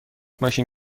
ماشین